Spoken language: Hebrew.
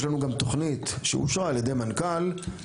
ויש לנו גם תוכנית שאושרה על ידי המנכ"ל לגבי